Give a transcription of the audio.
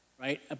right